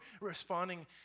responding